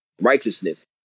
Righteousness